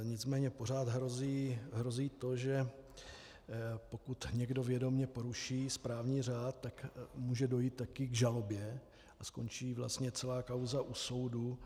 Nicméně pořád hrozí to, že pokud někdo vědomě poruší správní řád, tak může dojít také k žalobě a skončí vlastně celá kauza u soudu.